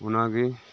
ᱚᱱᱟ ᱜᱮ